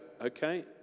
okay